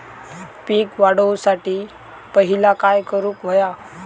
पीक वाढवुसाठी पहिला काय करूक हव्या?